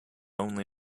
only